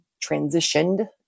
transitioned